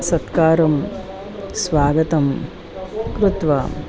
सत्कारं स्वागतं कृत्वा